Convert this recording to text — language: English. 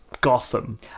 Gotham